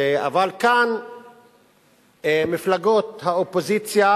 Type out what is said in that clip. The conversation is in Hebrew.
אבל כאן מפלגות האופוזיציה